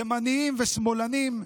ימנים ושמאלנים,